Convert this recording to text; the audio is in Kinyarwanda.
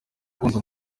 gukunda